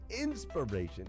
inspiration